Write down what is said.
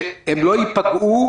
שהם לא ייפגעו?